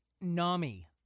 Nami